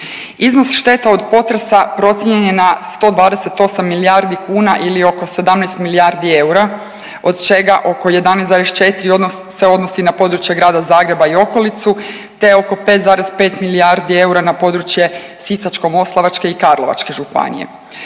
Iznos šteta od potresa procijenjen je na 128 milijardi kuna ili oko 17 milijardi eura od čeka oko 11,4 se odnosi na područje Grada Zagreba i okolicu te oko 5,5 milijardi eura na područje Sisačko-moslavačke i Karlovačke županije.